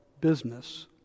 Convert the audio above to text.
business